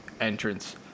entrance